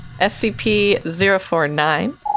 SCP-049